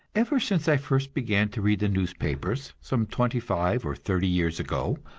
ever since i first began to read the newspapers, some twenty-five or thirty years ago,